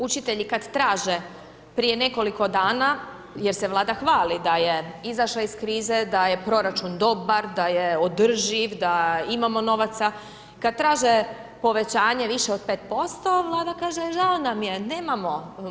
Učitelji kada traže prije nekoliko dana jer se Vlada hvali da je izašla iz krize, da je proračun dobar, da je održiv, da imamo novaca, kada traže povećanje više od 5% Vlada kaže – žao nam je nemamo.